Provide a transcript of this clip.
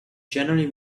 generally